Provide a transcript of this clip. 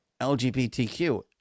LGBTQ